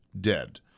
dead